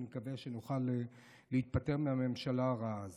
ואני מקווה שנוכל להתפטר מהממשלה הרעה הזו.